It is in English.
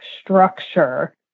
structure